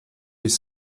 des